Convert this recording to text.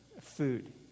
food